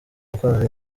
gukorana